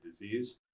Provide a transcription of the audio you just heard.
disease